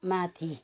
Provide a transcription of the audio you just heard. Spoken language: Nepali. माथि